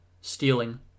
Stealing